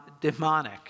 demonic